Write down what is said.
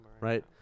right